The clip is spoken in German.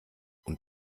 und